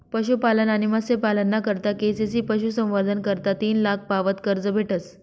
पशुपालन आणि मत्स्यपालना करता के.सी.सी पशुसंवर्धन करता तीन लाख पावत कर्ज भेटस